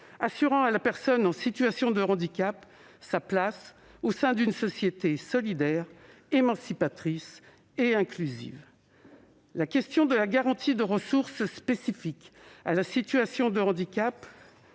assurant à la personne en situation de handicap sa place au sein d'une société solidaire, émancipatrice et inclusive. La question de la garantie de ressources spécifique à la situation de handicap